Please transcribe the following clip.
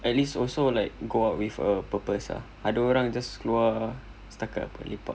at least also like go out with a purpose are ada orang just keluar setakat untuk lepak